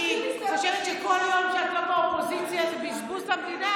אני רוצה שדה מוקשים פעיל.